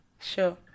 Sure